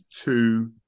two